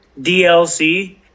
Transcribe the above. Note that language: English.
DLC